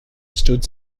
stood